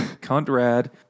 Conrad